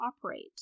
operate